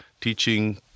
teaching